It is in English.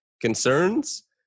concerns